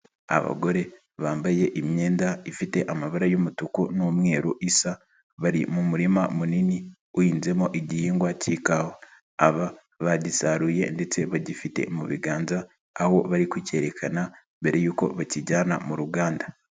Abagore bambaye imyenda ifite amabara y'umutuku n'umweru isa, bari mu murima munini uhinzemo igihingwa k'ikawa, aba bagisaruye ndetse bagifite mu biganza aho bari kukerekana mbere yuko bakijyana mu ruganda.